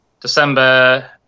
December